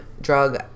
drug